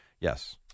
Yes